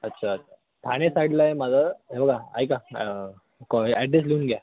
अच्छा ठाणे साईडला आहे माझं हे बघा ऐका कॉ ॲड्रेस लिहून घ्या